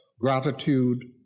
gratitude